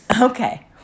Okay